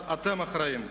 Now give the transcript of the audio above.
אז אתם אחראים.